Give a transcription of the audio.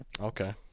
Okay